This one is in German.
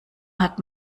hat